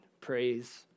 Praise